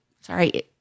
sorry